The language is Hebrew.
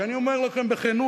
שאני אומר לכם בכנות,